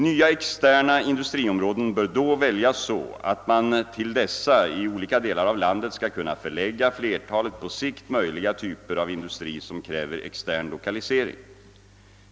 Nya externa industriområden bör då väljas så att man till dessa, i olika delar av landet, skall kunna förlägga flertalet på sikt möjliga typer av industri som kräved extern lokalisering.